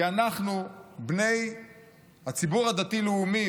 כי אנחנו בני הציבור הדתי-לאומי,